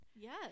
yes